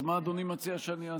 אז מה אדוני מציע שאני אעשה?